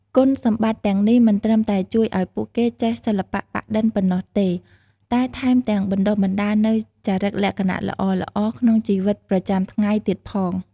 គុណសម្បត្តិទាំងនេះមិនត្រឹមតែជួយឱ្យពួកគេចេះសិល្បៈប៉ាក់-ឌិនប៉ុណ្ណោះទេ តែថែមទាំងបណ្ដុះបណ្ដាលនូវចរិតលក្ខណៈល្អៗក្នុងជីវិតប្រចាំថ្ងៃទៀតផង។